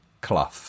Clough